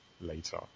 later